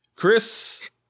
Chris